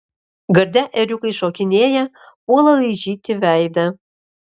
garde ėriukai šokinėja puola laižyti veidą